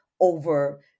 over